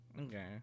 Okay